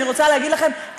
אני רוצה להגיד לכם,